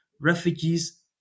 refugees